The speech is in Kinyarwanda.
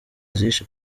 zishe